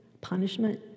punishment